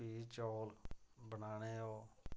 फ्ही चौल बनाने ओह्